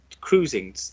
cruising